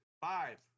Five